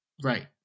right